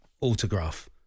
autograph